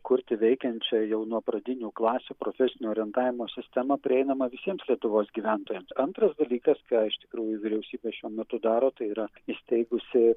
kurti veikiančią jau nuo pradinių klasių profesinio orientavimo sistemą prieinamą visiems lietuvos gyventojam antras dalykas ką iš tikrųjų vyriausybė šiuo metu daro tai yra įsteigusi